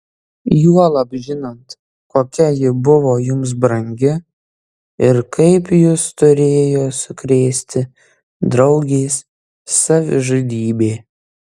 juolab žinant kokia ji buvo jums brangi ir kaip jus turėjo sukrėsti draugės savižudybė